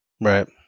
right